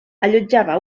allotjava